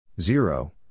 Zero